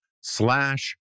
slash